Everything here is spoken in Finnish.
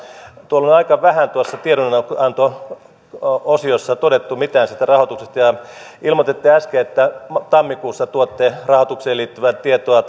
tuolla on aika vähän tuossa tiedonanto osiossa todettu mitään siitä rahoituksesta ja ilmoititte äsken että tammikuussa tuotte rahoitukseen liittyvää tietoa